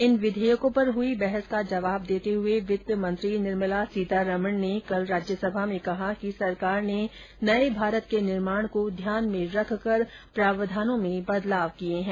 इन विधेयकों पर हुई बहस का जवाब देते हुए वित्तमंत्री निर्मला सीतारामन ने कल राज्यसभा में कहा कि सरकार ने नए भारत के निर्माण को ध्यान में रखकर कर प्रावधानों में परिवर्तन किए हैं